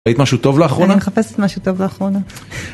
ראית משהו טוב לאחרונה? אני מחפשת משהו טוב לאחרונה.